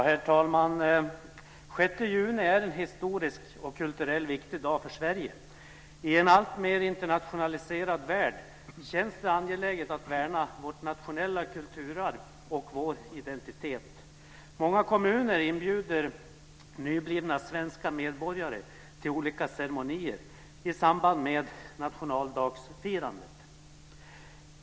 Herr talman! Den 6 juni är historiskt och kulturellt en viktig dag för Sverige. I en alltmer internationaliserad värld känns det angeläget att värna vårt nationella kulturarv och vår identitet. Många kommuner inbjuder nyblivna svenska medborgare till olika ceremonier i samband med nationaldagsfirandet.